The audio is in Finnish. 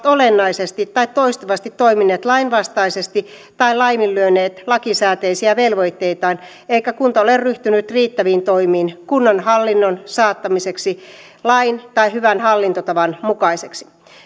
olennaisesti tai toistuvasti toimineet lainvastaisesti tai laiminlyöneet lakisääteisiä velvoitteitaan eikä kunta ole ryhtynyt riittäviin toimiin kunnan hallinnon saattamiseksi lain tai hyvän hallintotavan mukaiseksi